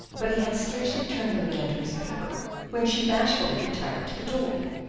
but he had scarcely turned them again to his paper when she bashfully retired to the door.